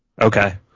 Okay